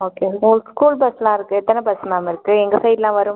okay உங்கள் school பஸ்லாம் இருக்கு எத்தனை பஸ் மேம் இருக்கு எங்கள் சைடுலாம் வரும்